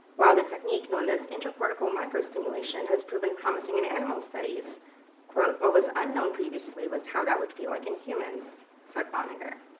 while the technique known as intracortical microstimulation has proven promising in animal studies quote, was unknown previously was how that would feel like in humans said banagher.